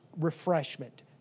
refreshment